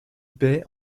baie